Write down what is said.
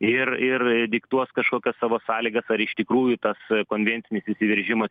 ir ir diktuoti kažkokias savo sąlygas ar iš tikrųjų tas konvencinis įsiveržimas